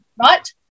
right